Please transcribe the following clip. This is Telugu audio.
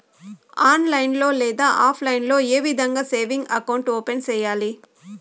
ఆన్లైన్ లో లేదా ఆప్లైన్ లో ఏ విధంగా సేవింగ్ అకౌంట్ ఓపెన్ సేయాలి